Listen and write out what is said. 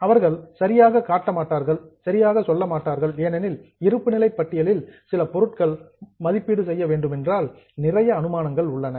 அவர்கள் சரியாக காட்ட மாட்டார்கள் சரியாக சொல்ல மாட்டார்கள் ஏனெனில் இருப்புநிலை பட்டியலில் சில பொருட்களின் வேல்யூஏஷன் மதிப்பீடு செய்ய வேண்டுமென்றால் நிறைய அசம்சன்ஸ் அனுமானங்கள் உள்ளன